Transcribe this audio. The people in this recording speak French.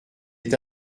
est